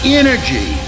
energy